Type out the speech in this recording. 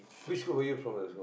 which school were you from